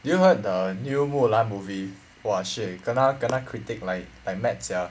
did you heard the new 木兰 movie !wah! she eh kena kena critique like like mad sia